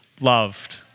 loved